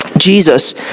Jesus